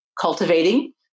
cultivating